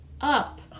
up